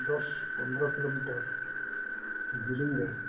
ᱫᱚᱥᱼᱯᱚᱸᱫᱨᱚ ᱡᱮᱞᱮᱧ ᱨᱮ